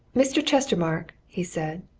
mr. chestermarke, he said,